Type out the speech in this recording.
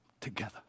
together